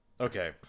Okay